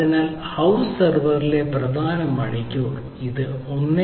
അതിനാൽ ഹൌസ് സെർവറിലെ പ്രധാന മണിക്കൂർ ഇത് 1